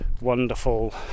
wonderful